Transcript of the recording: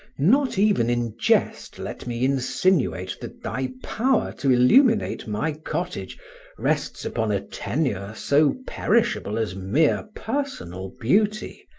not even in jest let me insinuate that thy power to illuminate my cottage rests upon a tenure so perishable as mere personal beauty,